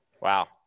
Wow